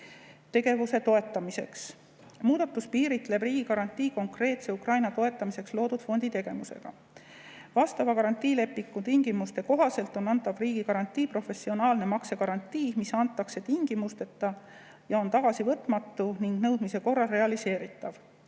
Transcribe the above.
tegevuse toetamiseks. Muudatus piiritleb riigigarantii konkreetse Ukraina toetamiseks loodud fondi tegevusega. Vastava garantiilepingu tingimuste kohaselt on antav riigigarantii professionaalne maksegarantii, mis antakse tingimusteta ja on tagasivõtmatu ning nõudmise korral realiseeritav.